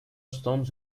stones